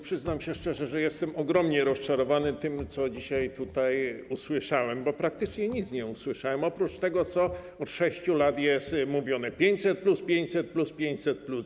Przyznam szczerze, że jestem ogromnie rozczarowany tym, co dzisiaj tutaj usłyszałem, bo praktycznie nic nie usłyszałem, oprócz tego, co od 6 lat jest mówione: 500+, 500+, 500+.